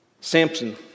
Samson